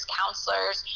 counselors